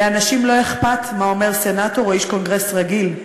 לאנשים לא אכפת מה אומר סנטור או איש קונגרס רגיל,